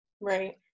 Right